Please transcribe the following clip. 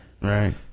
Right